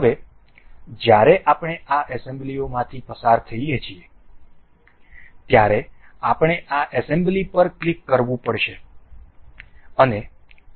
હવે જ્યારે આપણે આ એસેમ્બલીમાંથી પસાર થઈએ છીએ ત્યારે આપણે આ એસેમ્બલી પર ક્લિક કરવું પડશે અને ok